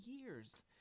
years